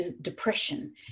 depression